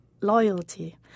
loyalty